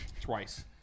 twice